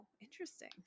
interesting